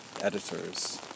editors